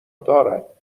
دارد